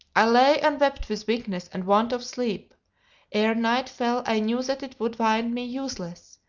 i lay and wept with weakness and want of sleep ere night fell i knew that it would find me useless,